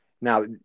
Now